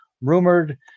rumored